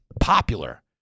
popular